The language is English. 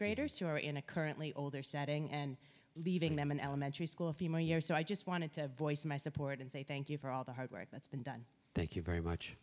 graders who are in a currently older setting and leaving them in elementary school a few more years so i just wanted to voice my support and say thank you for all the hard work that's been done thank you very much